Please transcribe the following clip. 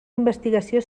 investigació